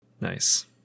Nice